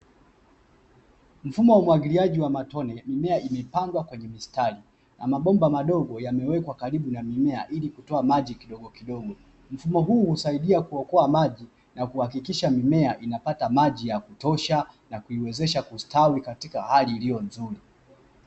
Mfumo wa umwagiliaji wa matone, mimea imepandwa kwenye mistari na mabomba madogo yamewekwa karibu na mimea ili kutoa maji kidogokidogo. Mfumo huu husaidia kuokoa maji na kuhakikisha mimea inapata maji ya kutosha na kuiwezesha kustawi katika hali iliyo nzuri.